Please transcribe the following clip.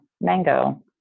mango